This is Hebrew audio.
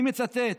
אני מצטט